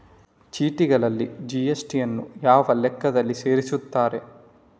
ಚೀಟಿಗಳಲ್ಲಿ ಜಿ.ಎಸ್.ಟಿ ಯನ್ನು ಯಾವ ಲೆಕ್ಕದಲ್ಲಿ ಸೇರಿಸುತ್ತಾರೆ?